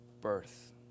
birth